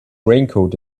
raincoat